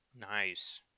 Nice